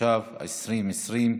התשפ"א 2020,